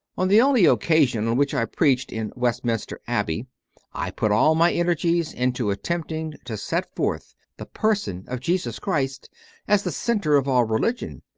on the only occasion on which i preached in west minster abbey i put all my energies into attempting to set forth the person of jesus christ as the centre of all religion,